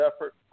effort